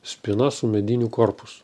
spyna su mediniu korpusu